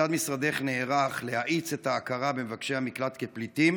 כיצד משרדך נערך להאיץ את ההכרה במבקשי המקלט כפליטים?